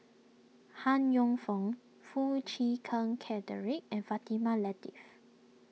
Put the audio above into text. Han Yong Feng Foo Chee Keng Cedric and Fatimah Lateef